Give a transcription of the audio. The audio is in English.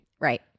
Right